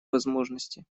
возможности